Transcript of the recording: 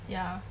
ya